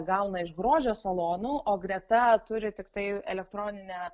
gauna iš grožio salonų o greta turi tiktai elektroninę